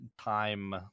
time